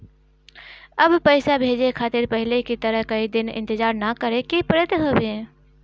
अब पइसा भेजे खातिर पहले की तरह कई दिन इंतजार ना करेके पड़त हवे